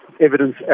evidence